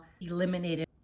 eliminated